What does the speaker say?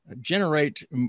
generate